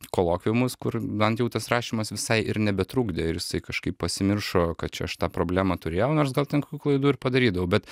kolokviumus kur bent jau tas rašymas visai ir nebetrukdė ir jisai kažkaip pasimiršo kad čia aš tą problemą turėjau nors gal ten kokių klaidų ir padarydavau bet